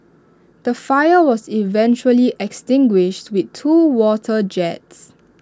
the fire was eventually extinguished with two water jets